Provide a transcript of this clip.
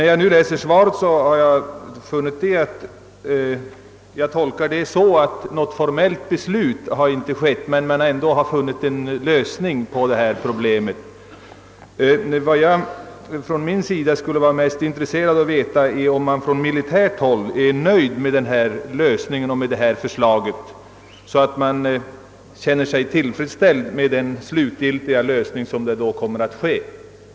Jag tolkar svaret så att man, trots att något formellt beslut ännu inte fattats, ändå funnit en lösning av problemet. Vad jag skulle vara mest intresserad av att få veta är om man på militärt håll är nöjd med detta förslag till lösning av problemet och om man således kommer att känna sig tillfreds med den slutgiltiga lösning det kommer att få.